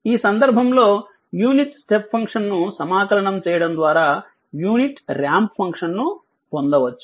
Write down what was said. ఈ సందర్భంలో unit step function ను సమాకలనం చేయడం ద్వారా యూనిట్ రాంప్ ఫంక్షన్ ను పొందవచ్చు